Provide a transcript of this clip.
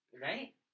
Right